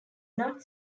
not